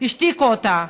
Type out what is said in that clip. השתיקו אותה.